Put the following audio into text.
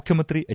ಮುಖ್ಚಮಂತ್ರಿ ಹೆಚ್